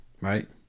right